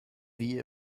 wie